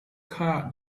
car